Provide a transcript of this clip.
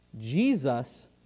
Jesus